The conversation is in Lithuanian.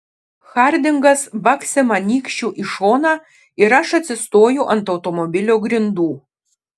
hardingas baksi man nykščiu į šoną ir aš atsistoju ant automobilio grindų